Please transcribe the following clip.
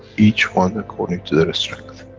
each one according to their strength.